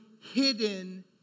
hidden